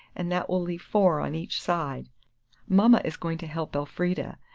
and that will leave four on each side mama is going to help elfrida,